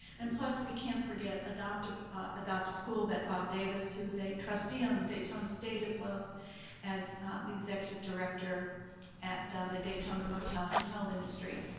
and plus, we can't forget adopt-a-school adopt-a-school that bob davis, who's a trustee on daytona state as well as the executive director at the daytona motel hotel industry,